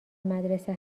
مدرسه